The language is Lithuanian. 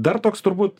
dar toks turbūt